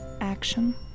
action